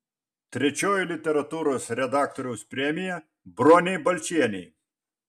trečioji literatūros redaktoriaus premija bronei balčienei